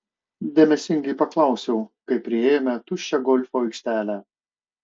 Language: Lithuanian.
dėmesingai paklausiau kai priėjome tuščią golfo aikštelę